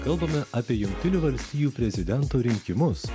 kalbame apie jungtinių valstijų prezidento rinkimus